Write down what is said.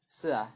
是啊